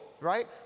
Right